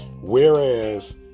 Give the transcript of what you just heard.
whereas